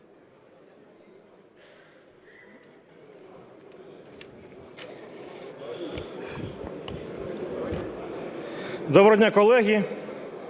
Доброго дня, колеги.